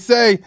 Say